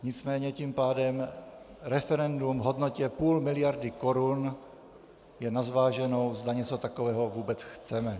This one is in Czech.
Nicméně tím pádem referendum v hodnotě půl miliardy korun je na zváženou, zda něco takového vůbec chceme.